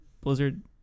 blizzard